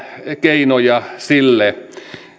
keinoja sille